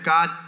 God